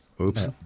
oops